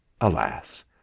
Alas